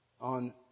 on